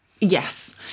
Yes